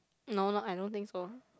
no no I don't think so